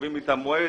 קובעים איתם מועד,